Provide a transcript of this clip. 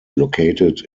located